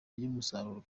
ry’umusaruro